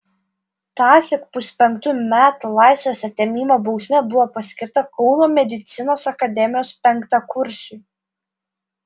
tąsyk puspenktų metų laisvės atėmimo bausmė buvo paskirta kauno medicinos akademijos penktakursiui